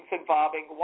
involving